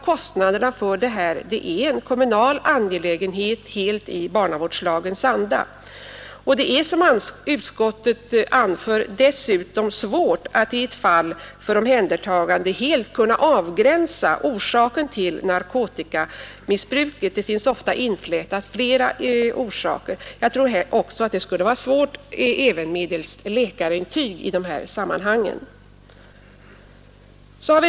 Kostnaderna för denna vårdform är en kommu nal angelägenhet helt i barnavårdslagens anda. Det är, som utskottet anför, dessutom svårt att i ett fall för omhändertagande helt kunna avgränsa orsaken till narkotikamissbruket, eftersom det ofta finns flera sammanflätade orsaker. Jag tror att det skulle vara svårt även med läkarintyg i dessa sammanhang.